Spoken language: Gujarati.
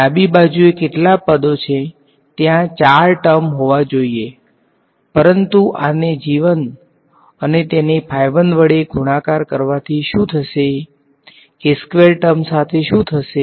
ડાબી બાજુએ કેટલા પદો છે ત્યાં 4 ટર્મ હોવા જોઈએ પરંતુ આને અને તેને વડે ગુણાકાર કરવાથી શું થશે ટર્મ સાથે શું થશે